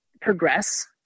progress